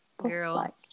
Girl